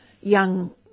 young